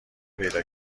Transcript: پیدا